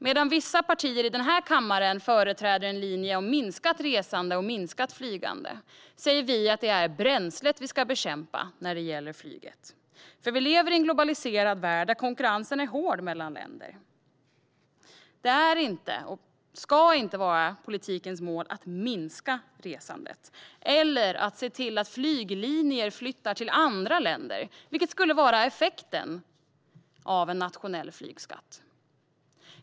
Medan vissa partier i denna kammare företräder en linje som går ut på minskat resande och flygande säger vi att det är bränslet vi ska bekämpa när det gäller flyget. Vi lever i en globaliserad värld, där konkurrensen är hård mellan länder. Det är inte, och ska inte vara, politikens mål att minska resandet eller att se till att flyglinjer flyttar till andra länder, vilket skulle bli effekten av en nationell flygskatt.